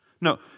No